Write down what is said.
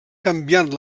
canviant